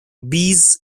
bees